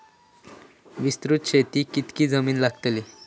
विस्तृत शेतीक कितकी जमीन लागतली?